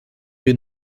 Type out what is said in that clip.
wir